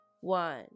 one